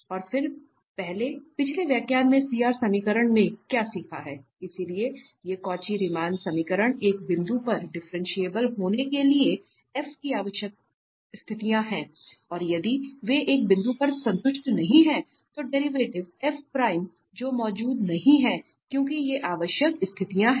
और फिर हमने पिछले व्याख्यान में CR समीकरण में क्या सीखा है इसलिए ये कौची रीमन समीकरण एक बिंदु पर डिफरेंशियबल होने के लिए f की आवश्यक स्थितियां हैं और यदि वे एक बिंदु पर संतुष्ट नहीं हैं तो डेरिवेटिव जो मौजूद नहीं है क्योंकि ये आवश्यक स्थितियां हैं